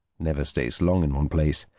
never stays long in one place.